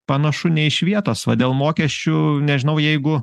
panašu nė iš vietos va dėl mokesčių nežinau jeigu